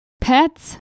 Pets